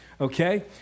Okay